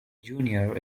junior